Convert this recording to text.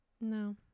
No